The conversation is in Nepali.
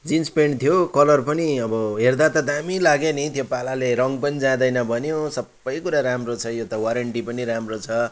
जिन्स पेन्ट थियो कलर पनि अब हेर्दा त दामी लाग्यो नि त्यो पालाले रङ पनि जाँदैन भन्यो सबै कुरा राम्रो छ यो वारेन्टी पनि राम्रो छ